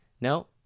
no